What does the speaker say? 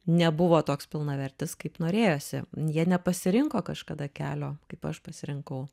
nebuvo toks pilnavertis kaip norėjosi jie nepasirinko kažkada kelio kaip aš pasirinkau